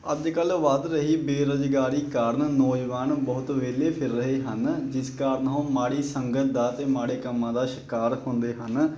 ਅੱਜ ਕੱਲ੍ਹ ਵੱਧ ਰਹੀ ਬੇਰੁਜ਼ਗਾਰੀ ਕਾਰਨ ਨੌਜਵਾਨ ਬਹੁਤ ਵਿਹਲੇ ਫਿਰ ਰਹੇ ਹਨ ਜਿਸ ਕਾਰਨ ਉਹ ਮਾੜੀ ਸੰਗਤ ਦਾ ਅਤੇ ਮਾੜੇ ਕੰਮਾਂ ਦਾ ਸ਼ਿਕਾਰ ਹੁੰਦੇ ਹਨ